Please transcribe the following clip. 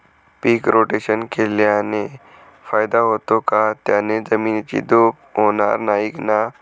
पीक rotation केल्याने फायदा होतो का? त्याने जमिनीची धूप होणार नाही ना?